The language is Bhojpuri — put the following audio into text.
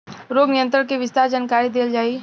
रोग नियंत्रण के विस्तार जानकरी देल जाई?